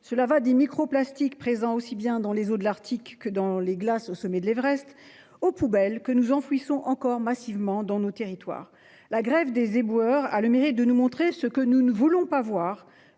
allant des microplastiques, présents aussi bien dans les eaux de l'Arctique que dans les glaces au sommet de l'Everest, aux poubelles que nous enfouissons encore massivement dans nos territoires. La grève des éboueurs a le mérite de nous montrer ce que nous ne voulons pas voir,